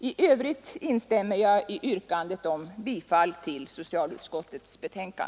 I övrigt instämmer jag i yrkandet om bifall till socialutskottets hemställan.